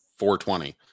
420